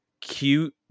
cute